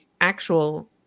actual